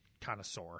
connoisseur